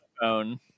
phone